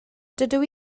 dydw